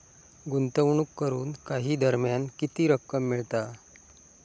गुंतवणूक करून काही दरम्यान किती रक्कम मिळता?